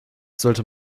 sollte